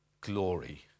glory